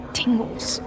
tingles